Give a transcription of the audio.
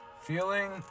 feeling